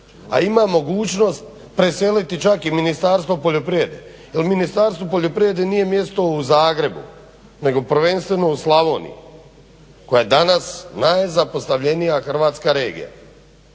a ima mogućnost preseliti čak i Ministarstvo poljoprivrede. Ministarstvu poljoprivrede nije mjesto u Zagrebu nego prvenstveno u Slavoniji koja je danas najzapostavljenija Hrvatska regija.